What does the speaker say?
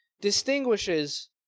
distinguishes